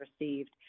received